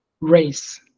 race